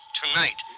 tonight